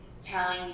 telling